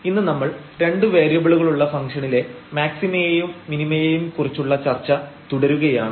ഇന്ന് നമ്മൾ രണ്ട് വേരിയബിളുകളുള്ള ഫംഗ്ഷണിലെ മാക്സിമയേയും മിനിമയേയും കുറിച്ചുള്ള ചർച്ച തുടരുന്നതാണ്